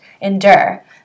endure